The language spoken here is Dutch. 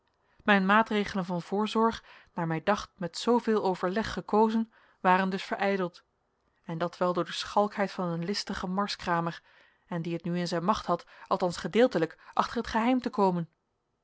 mijn maatregelen van voorzorg naar mij dacht met zooveel overleg gekozen waren dus verijdeld en dat wel door de schalkheid van een listigen marskramer en die het nu in zijn macht had althans gedeeltelijk achter het geheim te komen